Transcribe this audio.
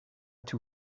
two